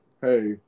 hey